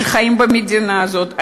שחיים במדינה הזאת,